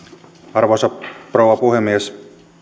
arvoisa rouva